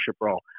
role